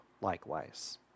likewise